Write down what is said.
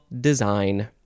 design